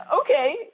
okay